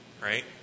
right